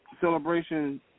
celebration